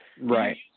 Right